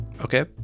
Okay